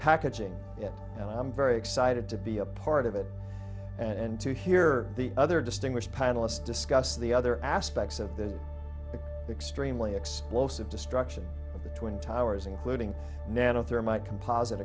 packaging and i'm very excited to be a part of it and to hear the other distinguished panelists discuss the other aspects of the extremely explosive destruction of the twin towers including nano thermite composite